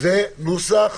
זה נוסח